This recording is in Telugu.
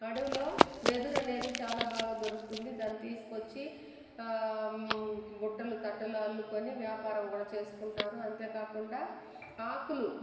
అడవిలో వెదురు అనేది చాలా బాగా దొరుకుతుంది దాన్ని తీసుకొచ్చి బుట్టలు తట్టలు అల్లుకొని వ్యాపారం కూడా చేసుకుంటారు అంతే కాకుండా ఆకులు